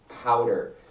powder